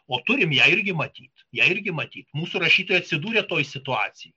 o turime ją irgi matyt ją irgi matyt mūsų rašytojai atsidūrė toje situacijoje